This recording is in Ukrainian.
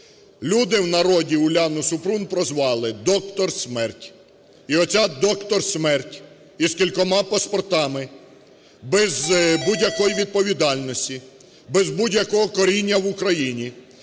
Люди в народі Уляну Супрун прозвали "доктор смерть". І оця "доктор смерть" із кількома паспортами, без будь-якої відповідальності, без будь-якого коріння в Україні,